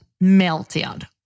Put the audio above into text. melted